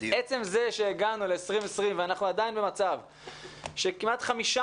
עצם זה שהגענו לשנת 2020 ואנחנו עדיין במצב שכמעט חמישה